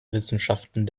wissenschaften